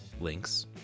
Links